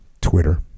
Twitter